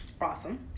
awesome